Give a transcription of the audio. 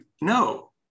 no